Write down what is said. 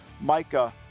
Micah